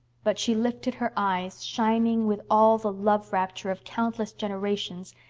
but she lifted her eyes, shining with all the love-rapture of countless generations,